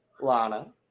Lana